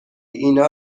اینا